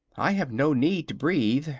i have no need to breathe,